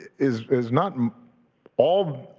is is not all,